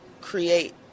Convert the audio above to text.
create